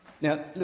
Now